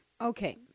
Okay